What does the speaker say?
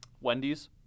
Wendy's